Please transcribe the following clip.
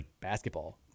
Basketball